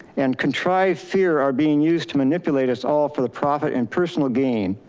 and contrived fear are being used to manipulate us all for the profit and personal gain.